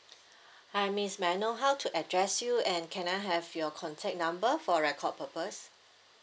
hi miss may I know how to address you and can I have your contact number for record purpose